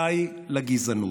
די לגזענות,